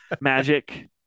magic